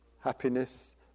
happiness